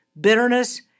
bitterness